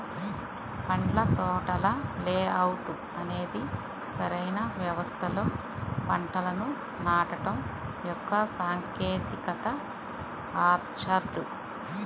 పండ్ల తోటల లేఅవుట్ అనేది సరైన వ్యవస్థలో పంటలను నాటడం యొక్క సాంకేతికత ఆర్చర్డ్